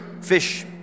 fish